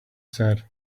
said